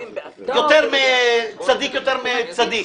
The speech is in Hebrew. צדיק יותר מצדיק.